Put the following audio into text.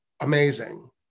amazing